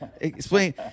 explain